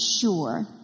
sure